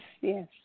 Yes